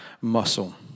muscle